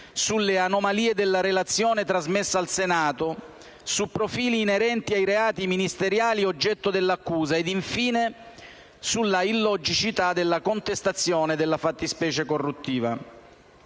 sulle anomalie della relazione trasmessa al Senato, su profili inerenti ai reati ministeriali oggetto dell'accusa ed, infine, sull'illogicità della contestazione della fattispecie corruttiva.